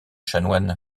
chanoine